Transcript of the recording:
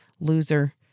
loser